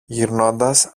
γυρνώντας